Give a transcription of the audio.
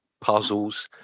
puzzles